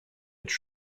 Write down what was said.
its